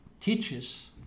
teaches